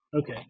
Okay